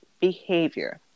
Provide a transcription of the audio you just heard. behavior